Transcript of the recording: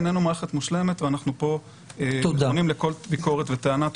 איננו מערכת מושלמת ואנחנו פה מוכנים לכל ביקורת וטענה.